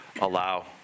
allow